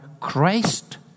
Christ